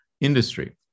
industry